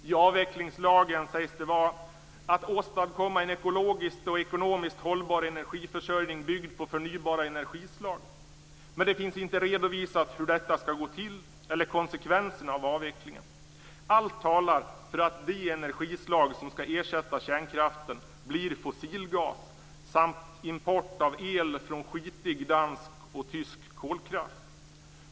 I avvecklingslagen sägs det vara "att åstadkomma en ekologiskt och ekonomiskt hållbar energiförsörjning byggd på förnybara energislag", men det finns inte redovisat hur det skall gå till eller konsekvenserna av avvecklingen. Allt talar för att de energislag som skall ersätta kärnkraften blir fossilgas samt import av el från skitig dansk och tysk kolkraft.